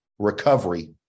recovery